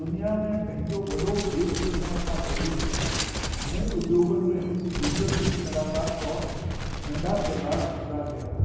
दुनिया में पंहिंजो वॾो ब्रेक मिलण खां पहिरीं उन्हनि उद्योगनि में हिकु जूनियर फिल्म कलाकारु तौरु नंढा किरदारु अदा कया